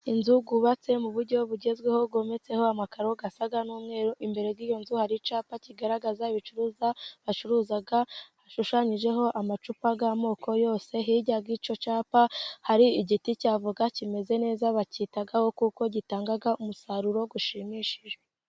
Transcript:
Inzu yubatse mu buryo bugezweho bwometseho amakaro asa n'umweru, imbere y'iyo nzu hari icyapa kigaragaza ibicuruzwa bihacururizwa, hashushanyijeho amacupa y'amoko yose, hirya y'icyo cyapa hari igiti cy'avoka kimeze neza, bacyitagaho kuko gitanga umusaruro ushimishije.